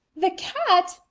the cat?